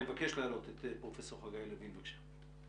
אני מבקש להעלות את פרופ' חגי לוין, בבקשה.